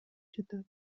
жатат